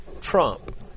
trump